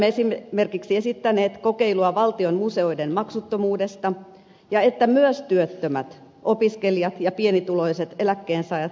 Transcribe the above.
olemme esimerkiksi esittäneet kokeilua valtion museoiden maksuttomuudesta ja sitä että myös työttömät opiskelijat ja pienituloiset eläkkeensaajat saisivat kulttuurisetelin